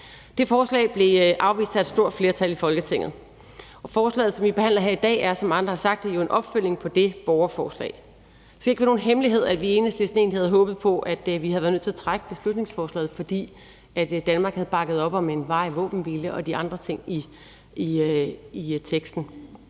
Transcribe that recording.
Det forslag blev afvist af et stort flertal i Folketinget. Og forslaget, som vi behandler her i dag, er jo, som andre har sagt, en opfølgning på det borgerforslag. Det skal ikke være nogen hemmelighed, at vi i Enhedslisten egentlig havde håbet på, at vi havde været nødt til at trække beslutningsforslaget, fordi vi i Danmark havde bakket op om en varig våbenhvile og de andre ting i teksten.